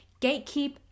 gatekeep